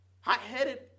hot-headed